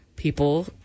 People